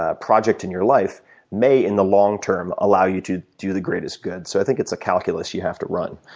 ah project in your life may, in the long term, allow you to do the greatest good. so i think it's a calculus you have to run.